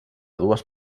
dues